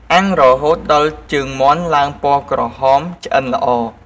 អាំងរហូតដល់ជើងមាន់ឡើងពណ៌ក្រហមឆ្អិនល្អ។